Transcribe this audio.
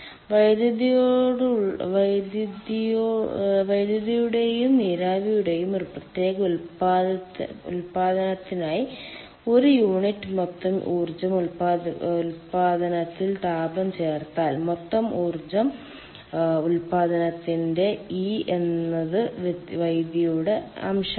വൈദ്യുതിയുടെയും നീരാവിയുടെയും ഒരു പ്രത്യേക ഉൽപ്പാദനത്തിനായി ഒരു യൂണിറ്റ് മൊത്തം ഊർജ്ജ ഉൽപ്പാദനത്തിൽ താപം ചേർത്താൽ മൊത്തം ഊർജ്ജ ഉൽപാദനത്തിന്റെ e എന്നത് വൈദ്യുതിയുടെ അംശമാണ്